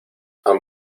han